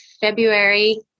February